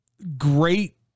great